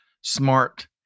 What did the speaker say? smart